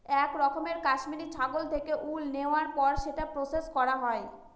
এক রকমের কাশ্মিরী ছাগল থেকে উল নেওয়ার পর সেটা প্রসেস করা হয়